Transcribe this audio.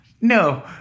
No